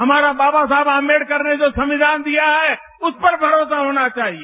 हमारा बाबा साहबआम्बेडकर ने जो संविधान दिया है उसपर भरोसा होना चाहिए